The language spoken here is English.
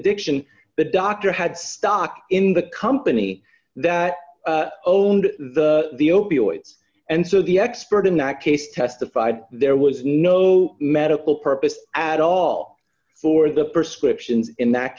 addiction the doctor had stock in the company that owned the opioids and so the expert in that case testified there was no medical purpose at all for the st scription in that